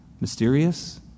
mysterious